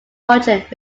merchant